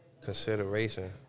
consideration